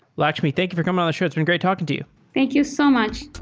lakshmi, thank you for coming on the show. it's been great talking to you thank you so much.